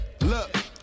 look